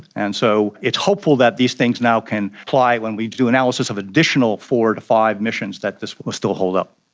and so it's hopeful that these things now can apply when we do analysis of additional four to five missions that this will still hold up.